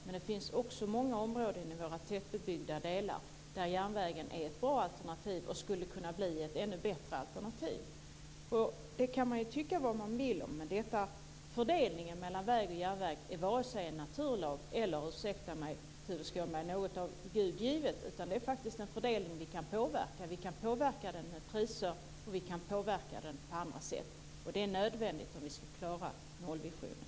Men det finns också många områden i våra tätbebyggda områden där järnvägen är ett bra alternativ - och skulle kunna bli ett ännu bättre alternativ. Detta kan man tycka vad man vill om, men fördelningen mellan väg och järnväg är varken en naturlag eller - ursäkta mig Tuve Skånberg - något av Gud givet. Det är faktiskt en fördelning vi kan påverka. Vi kan påverka den med priser och vi kan påverka den på andra sätt. Det är nödvändigt om vi ska klara nollvisionen.